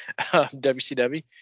WCW